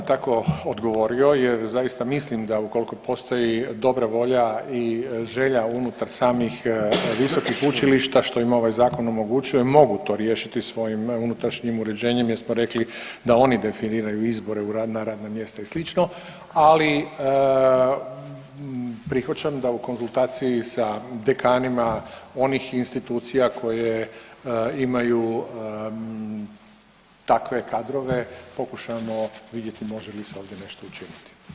Da, ja sam tako odgovorio jer zaista mislim da ukoliko postoji dobra volja i želja unutar samih visokih učilišta što im ovaj zakon omogućuje mogu to riješiti svojim unutrašnjim uređenjem jer smo rekli da oni definiraju izbore na radna mjesta i slično, ali prihvaćam da u konzultaciji sa dekanima onih institucija koje imaju takve kadrove pokušamo vidjeti može li se ovdje nešto učiniti.